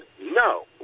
no